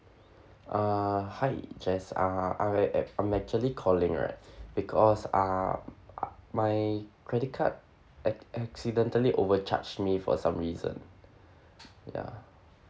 uh hi jess uh I act~ I'm actually calling right because uh my credit card ac~ accidentally overcharged me for some reason ya